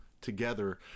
together